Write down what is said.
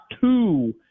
two